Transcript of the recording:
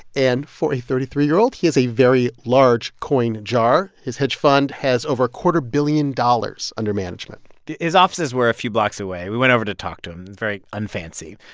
and for a thirty three year old, he has a very large coin jar. his hedge fund has over a quarter-billion dollars under management his offices were a few blocks away. we went over to talk to him very un-fancy.